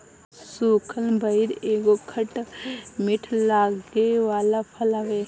सुखल बइर एगो खट मीठ लागे वाला फल हवे